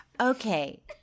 Okay